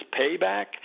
payback